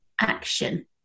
action